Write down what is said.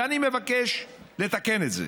ואני מבקש לתקן את זה.